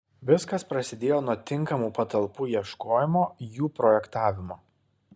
viskas prasidėjo nuo tinkamų patalpų ieškojimo jų projektavimo